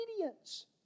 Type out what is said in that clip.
obedience